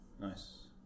Nice